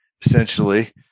essentially